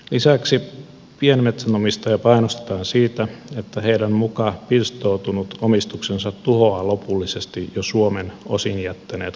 lisäksi pienmetsänomistajia painostetaan siitä että heidän muka pirstoutunut omistuksensa tuhoaa lopullisesti suomen jo osin jättäneet globaalit metsäyhtiöt